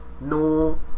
no